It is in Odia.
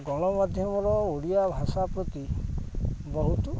ଗଣମାଧ୍ୟମର ଓଡ଼ିଆ ଭାଷା ପ୍ରତି ବହୁତ